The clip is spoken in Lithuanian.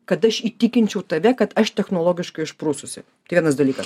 kad aš įtikinčiau tave kad aš technologiškai išprususi tai vienas dalykas